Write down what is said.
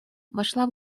вошла